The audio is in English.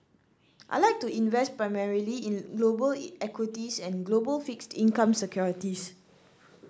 I like to invest primarily in global equities and global fixed income securities